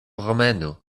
promenu